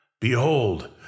Behold